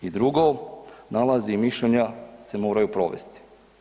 I drugo, nalazi i mišljenja se moraju provesti.